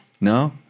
no